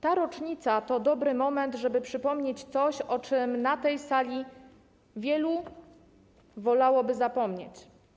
Ta rocznica to dobry moment, żeby przypomnieć coś, o czym na tej sali wielu wolałoby zapomnieć.